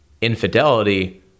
infidelity